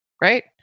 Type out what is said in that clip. right